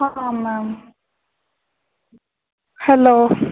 హ ma'am hello